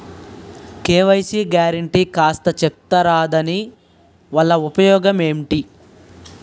KYC guarantee కాస్త చెప్తారాదాని వల్ల ఉపయోగం ఎంటి?